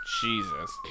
Jesus